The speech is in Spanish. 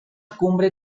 cumbre